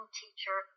teacher